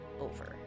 over